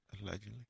Allegedly